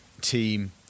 team